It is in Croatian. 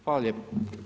Hvala lijepo.